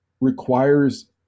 requires